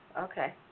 okay